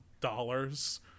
dollars